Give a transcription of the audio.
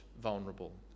vulnerable